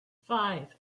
five